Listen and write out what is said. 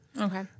Okay